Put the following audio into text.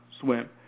swim